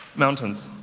mountains.